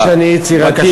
תאמין לי שאני יצירתי,